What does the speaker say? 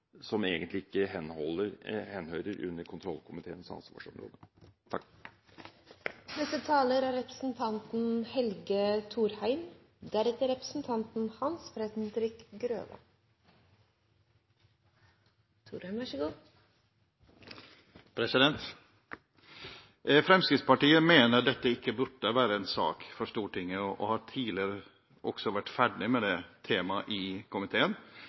som egentlig ikke henhører under kontrollkomiteens ansvarsområde. Fremskrittspartiet mener dette ikke burde være en sak for Stortinget, og har tidligere også vært ferdig med det temaet i komiteen.